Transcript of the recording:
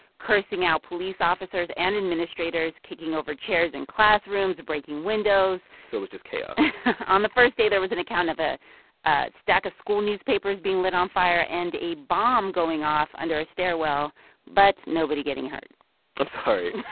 cursing out police officers and administrators kicking over chairs in classrooms, breaking windows so it was just chaos on the first day, there was an account of a stack of school newspapers being lit on fire and a bomb going off under a stairwell but nobody getting hurt i'm sorry